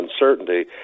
uncertainty